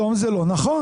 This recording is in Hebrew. אבל היום זה לא נכון.